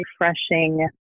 refreshing